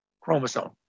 chromosome